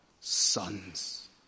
sons